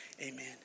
Amen